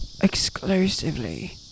Exclusively